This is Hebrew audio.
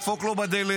דפוק לו בדלת,